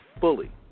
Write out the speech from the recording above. Fully